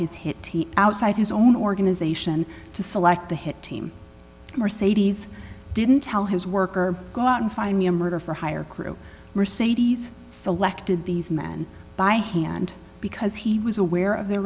his hit outside his own organization to select the hit team mercedes didn't tell his worker go out and find me a murder for hire crew were sadie's selected these men by hand because he was aware of their